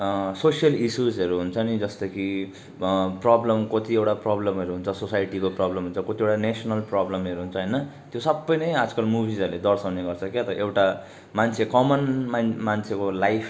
social इसुसहरू हुन्छ नि जस्तै कि प्रब्लम कतिवटा प्रब्लमहरू हुन्छ सोसाइटीको प्रब्लम हुन्छ कतिवटा नेसनल प्रब्लमहरू हुन्छ होइन त्यो सबै नै आजकल मुभिसहरूले दर्साउने गर्छ क्या त एउटा मान्छे कमन मान् मान्छेको लाइफ